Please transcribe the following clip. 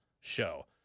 show